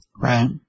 Right